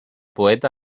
poeta